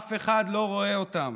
אף אחד לא רואה אותם,